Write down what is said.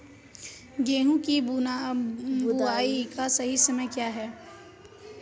गेहूँ की बुआई का सही समय क्या है?